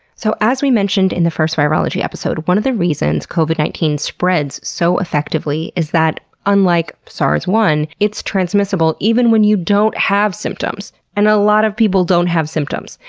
so as we mentioned in the first virology episode, one of the reasons covid nineteen spreads so effectively is that unlike sars one, it's transmissible even when you don't have symptoms, and a lot of people don't have symptoms.